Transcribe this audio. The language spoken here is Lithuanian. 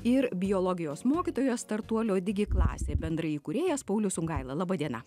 ir biologijos mokytojas startuolio digi klasė bendraįkūrėjas paulius sungaila laba diena